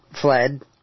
fled